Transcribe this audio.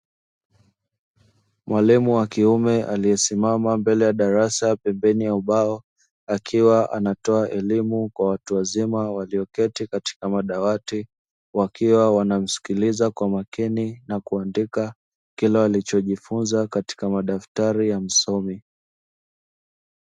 Mwalimu wakiume aliye simama mbele darasa pembeni ya ubao akiwa anatoa elimu kwa watu wazima walioketi katika madawati wakiwa wanamskiliza kwa makini na kuandika kile walicho jifunza katika madaftari ya msomi.